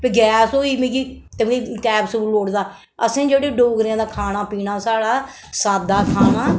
भई गैस होई मिगी ते मिगी कैपसूल लोड़दा असें जेह्ड़ा डोगरें दा खाना पीना साढ़ा जेह्ड़ा साद्दा खाना